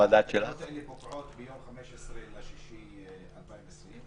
שהתקנות האלה פוקעות ביום 15 ביוני 2020,